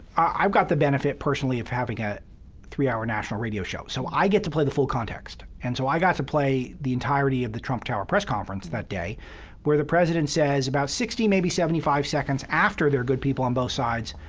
i've got the benefit personally of having a three-hour national radio show, so i get to play the full context. and so i got to play the entirety of the trump tower press conference that day where the president says about sixty, maybe seventy five seconds after there are good people on both sides,